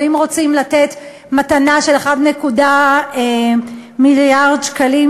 ואם רוצים לתת מתנה של 1.2 מיליארד שקלים,